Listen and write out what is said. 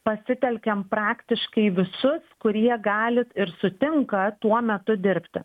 pasitelkiam praktiškai visus kurie gali ir sutinka tuo metu dirbti